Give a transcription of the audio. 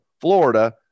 Florida